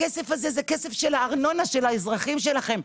הכסף הזה זה כסף של הארנונה של האזרחים שלכם,